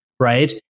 Right